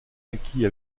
naquit